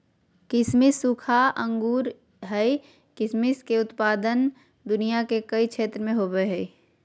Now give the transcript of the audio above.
किसमिस सूखा अंगूर हइ किसमिस के उत्पादन दुनिया के कई क्षेत्र में होबैय हइ